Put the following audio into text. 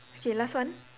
okay last one